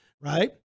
right